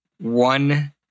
one